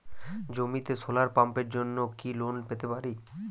জমিতে সোলার পাম্পের জন্য কি লোন পেতে পারি?